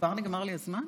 כבר נגמר לי הזמן?